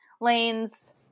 lanes